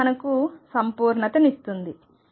ఇదే మనకు సంపూర్ణతనిస్తుంది